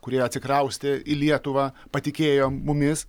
kurie atsikraustė į lietuvą patikėjo mumis